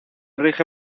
rige